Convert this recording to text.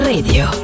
Radio